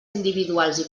individuals